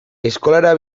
eskolara